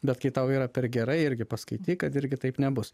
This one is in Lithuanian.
bet kai tau yra per gerai irgi paskaityk kad irgi taip nebus